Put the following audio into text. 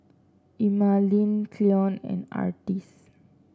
Emmaline Cleon and Artis